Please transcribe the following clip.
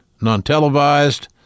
non-televised